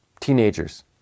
Teenagers